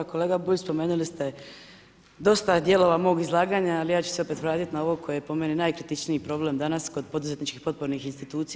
Kolega Bulj, spomenuli ste dosta je dijelova mog izlaganja ali ja ću se opet vratiti na ovo koje je po meni najkritičniji problem danas kod poduzetničkih potpornih institucija.